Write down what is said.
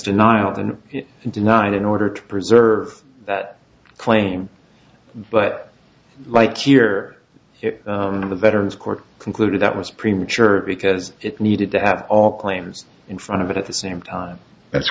denial and denied in order to preserve that claim but right here in the veterans court concluded that was premature because it needed to have all claims in front of it at the same time that's